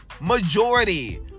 Majority